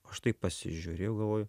aš taip pasižiūrėjau galvoju